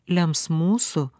lems mūsų